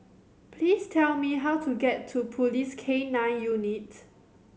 please tell me how to get to Police K Nine Unit